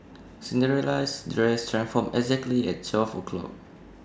Cinderella's dress transformed exactly at twelve o'clock